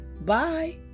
bye